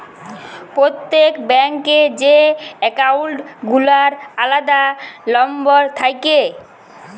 প্রত্যেক ব্যাঙ্ক এ যে একাউল্ট গুলার আলাদা লম্বর থাক্যে